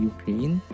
Ukraine